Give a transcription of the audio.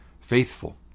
faithful